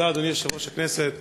תודה, אדוני יושב-ראש הכנסת.